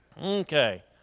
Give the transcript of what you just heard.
Okay